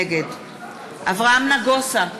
נגד אברהם נגוסה,